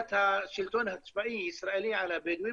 בתחילת השלטון הצבאי הישראלי על הבדואים,